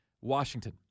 Washington